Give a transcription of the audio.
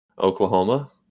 Oklahoma